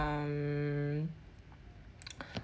um